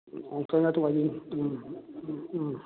ꯎꯝ ꯎꯝ